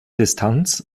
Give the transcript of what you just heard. distanz